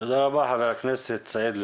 תודה רבה, חבר הכנסת סעיד אלחרומי,